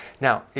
Now